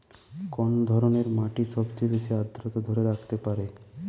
কোন ধরনের মাটি সবচেয়ে বেশি আর্দ্রতা ধরে রাখতে পারে?